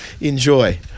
Enjoy